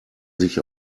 sich